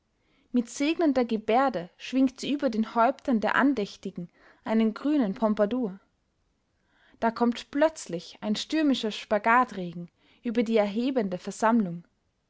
mit segnender gebärde schwingt sie über den häuptern der andächtigen einen grünen pompadour da kommt plötzlich ein stürmischer spagatregen über die erhebende versammlung